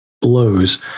blows